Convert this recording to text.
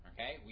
Okay